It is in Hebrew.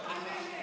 (תיקון מס' 7),